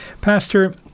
Pastor